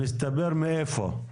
מצטבר מאיפה?